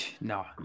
No